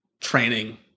training